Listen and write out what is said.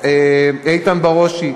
איתן ברושי.